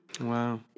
Wow